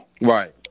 Right